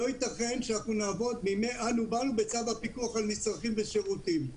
לא ייתכן שנעבוד כמו בימי "אנו באנו" בצו הפיקוח על מצרכים ושירותים.